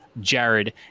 Jared